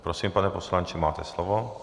Prosím, pane poslanče, máte slovo.